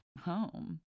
home